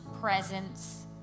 presence